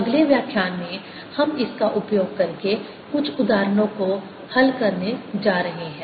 अगले व्याख्यान में हम इसका उपयोग करके कुछ उदाहरणों को हल करने जा रहे हैं